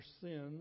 sin